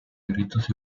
gritos